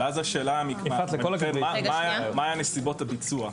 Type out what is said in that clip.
אבל אז השאלה מה היו נסיבות הביצוע?